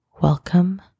Welcome